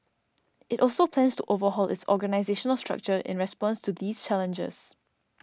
it also plans to overhaul its organisational structure in response to these challenges